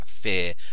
fear